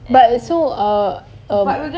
but so err um